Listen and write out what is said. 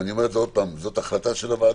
אבל אני אומר את זה עוד פעם: זאת החלטה של הוועדה,